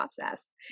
process